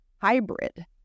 hybrid